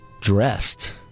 dressed